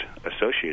associated